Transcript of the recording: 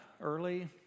early